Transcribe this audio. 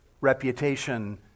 reputation